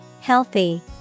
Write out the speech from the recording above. Healthy